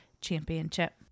Championship